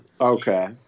Okay